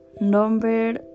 Number